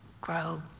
grow